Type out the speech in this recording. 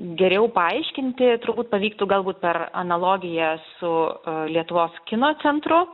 geriau paaiškinti turbūt pavyktų galbūt per analogiją su lietuvos kino centru